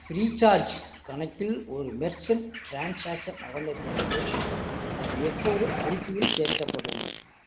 Freecharge கணக்கில் ஒரு merchant transaction நடந்த பிறகு அது எப்போது அறிக்கையில் சேர்க்கப்படும்